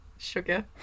sugar